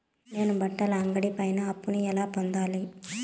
నేను బట్టల అంగడి పైన అప్పును ఎలా పొందాలి?